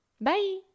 Bye